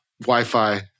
Wi-Fi